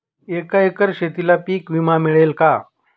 एका एकर शेतीला पीक विमा मिळेल का?